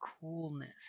coolness